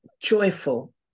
Joyful